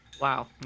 Wow